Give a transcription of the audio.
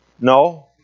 No